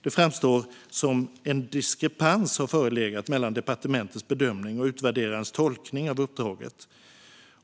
Det framstår som att en diskrepans har förelegat mellan departementets bedömning och utvärderarens tolkning av uppdraget.